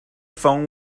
phone